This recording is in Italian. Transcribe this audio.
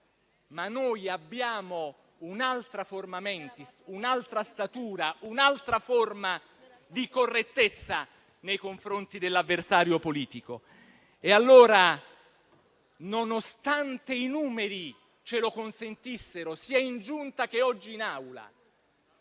Ma noi abbiamo un'altra *forma mentis*, un'altra statura, un'altra forma di correttezza nei confronti dell'avversario politico. Allora, nonostante i numeri ce lo consentissero, sia in Giunta che oggi in Aula,